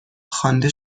خوانده